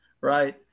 Right